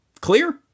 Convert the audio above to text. Clear